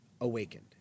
awakened